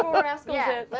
um laura so yeah,